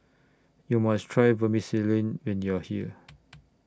YOU must Try Vermicelli when YOU Are here